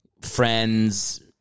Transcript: friends